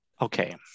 Okay